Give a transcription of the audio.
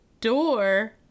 door